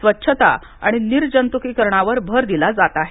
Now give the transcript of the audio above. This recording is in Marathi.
स्वच्छता आणि निर्जंतुकीकरणावर भर दिला जात आहे